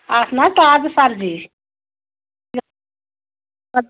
اَتھ مہ تازٕ سَبزی